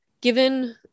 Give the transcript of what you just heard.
given